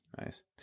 nice